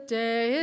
day